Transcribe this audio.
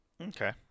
Okay